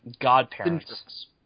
godparents